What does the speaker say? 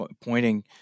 pointing